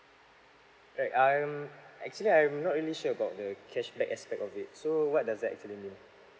right I am actually I'm not really sure about the cashback aspect of it so what does that actually mean